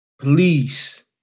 please